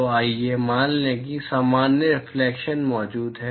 तो आइए मान लें कि सामान्य रिफ्लेक्शन मौजूद है